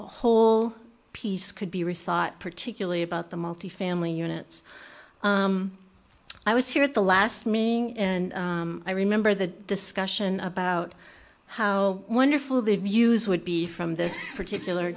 whole piece could be rethought particularly about the multifamily units i was here at the last me and i remember the discussion about how wonderful the views would be from this particular